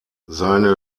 seine